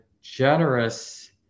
generous